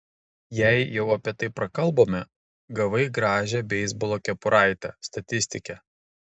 jei jau apie tai prakalbome gavai gražią beisbolo kepuraitę statistike